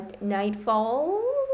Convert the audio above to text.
Nightfall